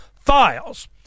files